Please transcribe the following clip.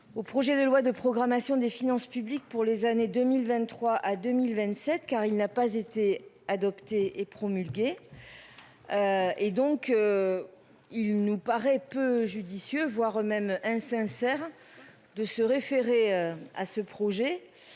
Au projet de loi de programmation des finances publiques pour les années 2023 à 2027 car il n'a pas été adopté et promulgué. Et donc. Il nous paraît peu judicieux, voire même un sincère de se référer à ce projet.